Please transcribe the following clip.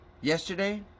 Yesterday